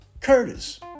Curtis